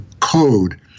code